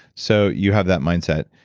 so you have that mindset.